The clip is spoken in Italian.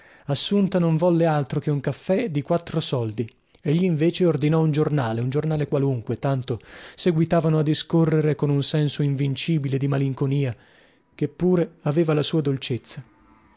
assunta non volle altro che un caffè di quattro soldi egli invece ordinò un giornale un giornale qualunque tanto seguitavano a discorrere con un senso invincibile di malinconia che pure aveva la sua dolcezza